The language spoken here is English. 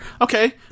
Okay